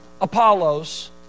Apollos